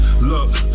Look